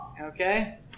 Okay